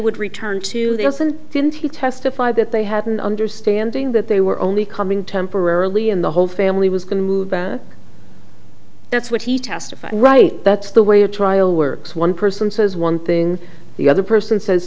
would return to the us and then to testify that they had an understanding that they were only coming temporarily in the whole family was going to move that's what he testified right that's the way a trial works one person says one thing the other person says